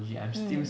mm